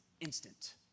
instant